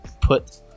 put